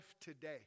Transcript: today